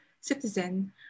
citizen